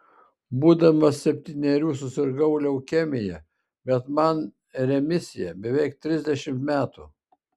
būdamas septynerių susirgau leukemija bet man remisija beveik trisdešimt metų